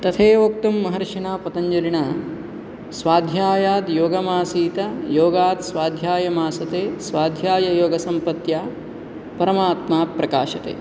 तथैव उक्तं महर्षिणा पतञ्जलिना स्वाध्यायाद् योगमासीत् योगात् स्वाध्यायमास्यते स्वाध्याययोगसम्पत्या परमात्मा प्रकाशते